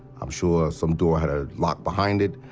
i'm sure some door had a lock behind it.